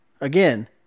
Again